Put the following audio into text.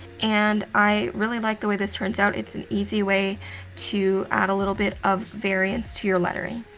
and i really like the way this turns out. it's an easy way to add a little bit of variance to your lettering.